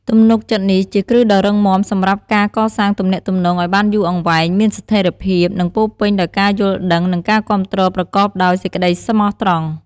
ទំនុកចិត្តនេះ ជាគ្រឹះដ៏រឹងមាំសម្រាប់ការកសាងទំនាក់ទំនងឲ្យបានយូរអង្វែង មានស្ថេរភាព និងពោរពេញដោយការយល់ដឹង និងការគាំទ្រប្រកបដោយសេចក្ដីស្មោះត្រង់។